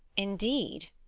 indeed,